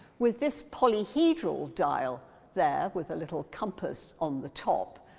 with this polyhedral dial there with a little compass on the top,